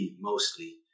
mostly